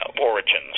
origins